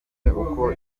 uko